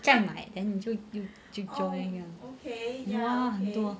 再买 then 你就去 join ya !wah! 很多